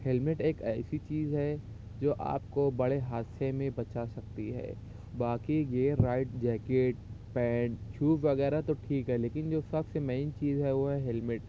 helmet ایک ایسی چیز ہے جو آپ کو بڑے حادثے میں بچا سکتی ہے باقی gear ride jacket pant shoes وغیرہ تو ٹھیک ہے لیکن جو سب سے مین چیز ہے وہ ہے ہیلمٹ